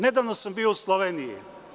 Nedavno sam bio u Sloveniji.